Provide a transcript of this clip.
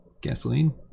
gasoline